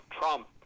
Trump